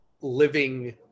living